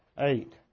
Eight